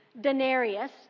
denarius